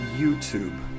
YouTube